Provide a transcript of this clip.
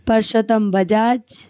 Parshottam Bajaj